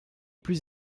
plus